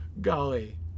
golly